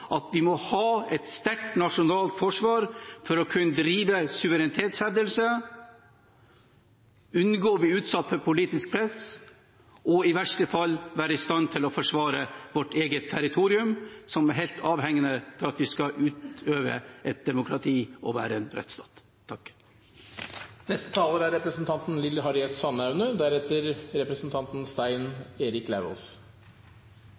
at vi må ha et sterkt nasjonalt forsvar for å kunne drive suverenitetshevdelse, unngå å bli utsatt for politisk press og i verste fall være i stand til å forsvare vårt eget territorium, som er helt avgjørende for at vi skal utøve et demokrati og være en rettsstat. Jeg er glad for at det de siste årene er